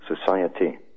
society